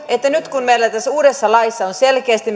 että nyt meillä tässä uudessa laissa on selkeästi